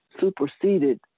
superseded